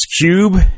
Cube